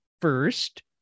first